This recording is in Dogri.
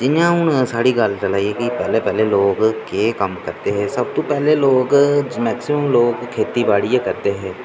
जि'यां हून साढी गल्ल चला दी के पैह्ले पैह्ले लोक केह् कम्म करदे हे सबतूं पैह्ले लोक मैक्सिमम लोक खेती बाड्डी गै करदे हे